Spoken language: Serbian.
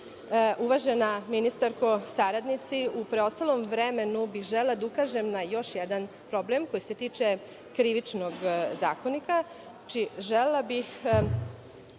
zaštita. Uvažena ministarko, saradnici, u preostalom vremenu bih želela da ukažem na još jedan problem koji se tiče Krivičnog zakonika. Želela bih